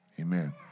Amen